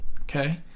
okay